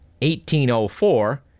1804